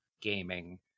gaming